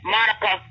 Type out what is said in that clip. Monica